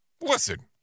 Listen